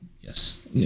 Yes